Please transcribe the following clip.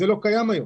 זה לא קיים היום.